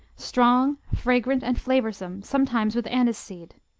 strong, fragrant and flavorsome, sometimes with aniseed.